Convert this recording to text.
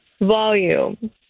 volume